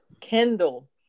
Kendall